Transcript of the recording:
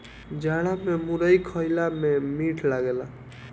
जाड़ा में मुरई खईला में मीठ लागेला